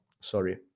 sorry